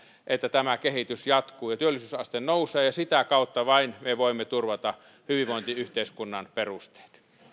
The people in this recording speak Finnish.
tämä kehitys jatkuu ja työllisyysaste nousee vain sitä kautta me voimme turvata hyvinvointiyhteiskunnan perusteet